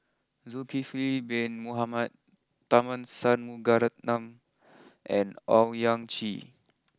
Zulkifli Bin Mohamed Tharman Shanmugaratnam and Owyang Chi